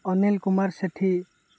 ଅନିଲ କୁମାର ସେଠି